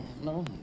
no